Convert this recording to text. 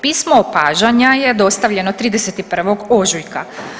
Pismo opažanja je dostavljeno 31. ožujka.